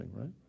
right